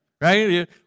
right